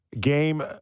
game